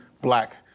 black